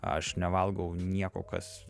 aš nevalgau nieko kas